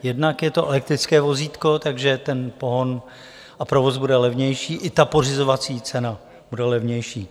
Jednak je to elektrické vozítko, takže ten pohon a provoz bude levnější, i ta pořizovací cena bude levnější.